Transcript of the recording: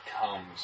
comes